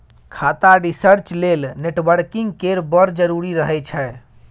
खाता रिसर्च लेल नेटवर्किंग केर बड़ जरुरी रहय छै